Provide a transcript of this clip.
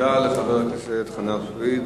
תודה לחבר הכנסת חנא סוייד.